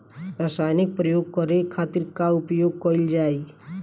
रसायनिक प्रयोग करे खातिर का उपयोग कईल जाइ?